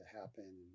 happen